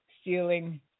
stealing